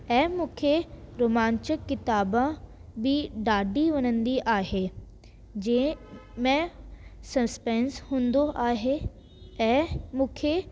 ऐं मूंखे रुमांचक किताब बि ॾाढी वणंदी आहे जंहिं में सस्पेंस हूंदो आहे ऐं मूंखे